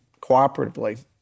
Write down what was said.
cooperatively